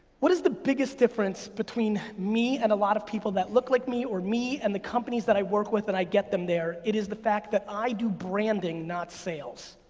what is the biggest difference between me and a lot of people that look like me or me and the companies that i work with and i get them there? it is the fact that i do branding, not sales.